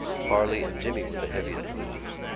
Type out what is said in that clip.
farley and jimmy were the heaviest losers.